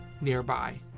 nearby